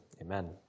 Amen